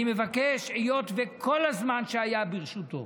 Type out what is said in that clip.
היות שכל הזמן שהיה ברשותו